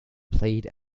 played